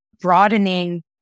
broadening